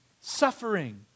suffering